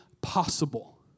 possible